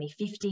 2050